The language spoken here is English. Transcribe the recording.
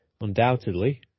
undoubtedly